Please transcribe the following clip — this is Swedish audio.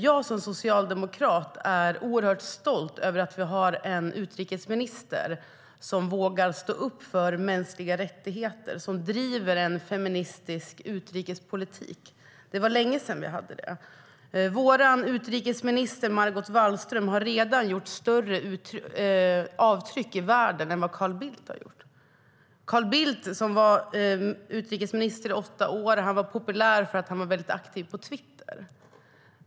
Jag som socialdemokrat är oerhört stolt över att vi har en utrikesminister som vågar stå upp för mänskliga rättigheter och driver en feministisk utrikespolitik. Det var länge sedan vi hade det. Vår utrikesminister Margot Wallström har redan gjort större avtryck i världen än vad Carl Bildt gjort. Carl Bildt, som var utrikesminister i åtta år, var populär för att han var väldigt aktiv på Twitter.